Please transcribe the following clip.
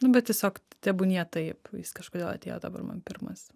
nu bet tiesiog tebūnie taip jis kažkodėl atėjo dabar man pirmas